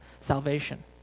salvation